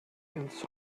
ins